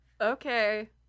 Okay